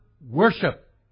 worship